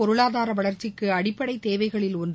பொருளாதாரவளர்ச்சிக்குஅடிப்படைத் தேவைகளில் ஒன்று